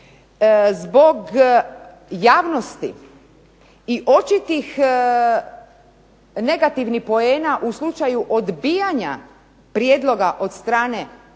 zbog javnosti i očitih negativnih poena u slučaju odbijanja prijedloga od strane oporbe